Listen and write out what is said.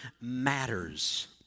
matters